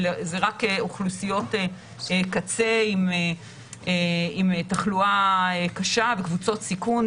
רק אוכלוסיות קצה עם תחלואה קשה וקבוצות סיכון,